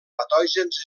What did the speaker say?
patògens